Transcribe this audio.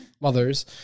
mothers